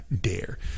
dare